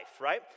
right